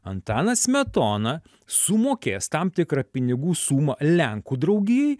antanas smetona sumokės tam tikrą pinigų sumą lenkų draugijai